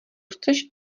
chceš